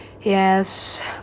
yes